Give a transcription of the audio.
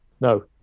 no